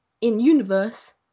in-universe